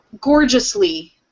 gorgeously